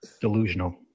Delusional